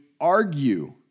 argue